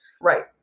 Right